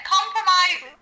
Compromise